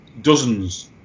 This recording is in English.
dozens